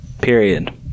period